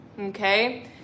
Okay